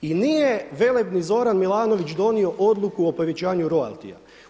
I nije velebni Zoran Milanović donio odluku o povećanju royaltija.